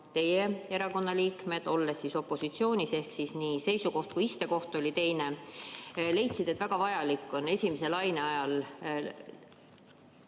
teie erakonna liikmed, olles opositsioonis – seega nii seisukoht kui ka istekoht oli teine –, leidsid, et väga vajalik on esimese laine ajal